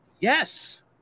Yes